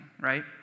right